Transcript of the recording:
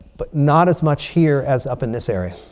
but not as much here as up in this area.